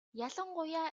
ялангуяа